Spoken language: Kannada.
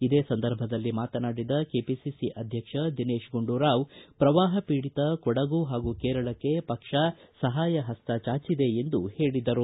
ಇದೇ ಸಂದರ್ಭದಲ್ಲಿ ಮಾತನಾಡಿದ ಕೆಪಿಸಿಸಿ ಅಧ್ಯಕ್ಷ ದಿನೇತ್ ಗುಂಡೂರಾವ್ ಪ್ರವಾಹಪೀಡಿತ ಕೊಡಗು ಮತ್ತು ಕೇರಳಕ್ಕೆ ಪಕ್ಷ ಸಹಾಯಪಸ್ತ ಚಾಚಿದೆ ಎಂದು ಹೇಳಿದರು